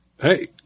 Hey